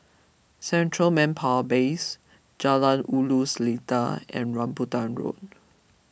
Central Manpower Base Jalan Ulu Seletar and Rambutan Road